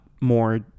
more